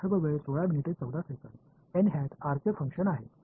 R चे function आहे